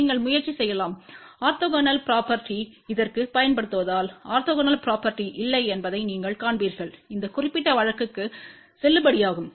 நீங்கள் முயற்சி செய்யலாம் ஆர்த்தோகனல் ப்ரொபேர்ட்டிப் இதற்குப் பயன்படுத்துவதால் ஆர்த்தோகனல் ப்ரொபேர்ட்டி இல்லை என்பதை நீங்கள் காண்பீர்கள் இந்த குறிப்பிட்ட வழக்குக்கு செல்லுபடியாகும்